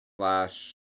slash